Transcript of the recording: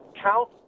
count